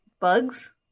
bugs